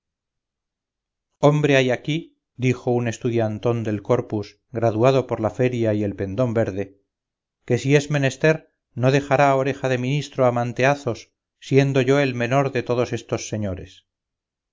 hombre hay aquí dijo un estudiantón del corpus graduado por la feria y el pendón verde que si es menester no dejará oreja de ministro a manteazos siendo yo el menor de todos estos señores